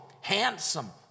handsome